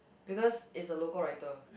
because it's a local writer